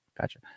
Gotcha